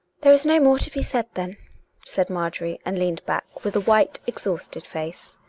there is no more to be said then said marjorie, and leaned back, with a white, exhausted face.